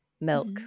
milk